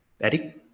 eddie